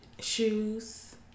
Shoes